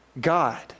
God